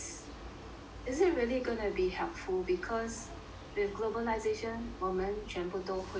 is it really gonna be helpful because with globalisation 我们全部都会